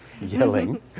Yelling